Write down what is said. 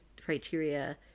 criteria